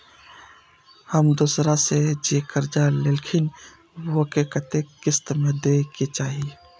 हम दोसरा से जे कर्जा लेलखिन वे के कतेक किस्त में दे के चाही?